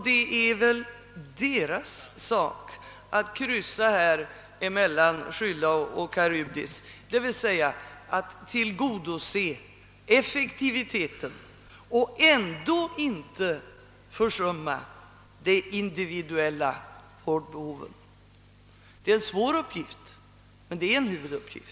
Det är deras sak att kryssa mellan Scylla och Charybdis, d. v. s. att tillgodose effektiviteten och ändå inte försumma de individuella vårdbehoven. Det är en svår uppgift, men det är en huvuduppgift.